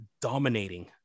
dominating